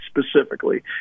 specifically